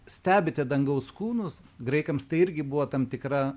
stebite dangaus kūnus graikams tai irgi buvo tam tikra